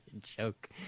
joke